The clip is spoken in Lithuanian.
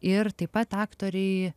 ir taip pat aktoriai